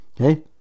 Okay